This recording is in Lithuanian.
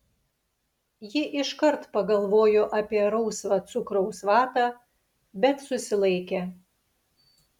ji iškart pagalvojo apie rausvą cukraus vatą bet susilaikė